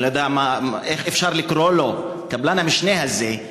אני לא יודע איך אפשר לקרוא לו קבלן המשנה הזה,